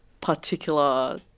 particular